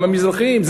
המזרחיים.